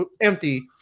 empty